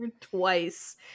Twice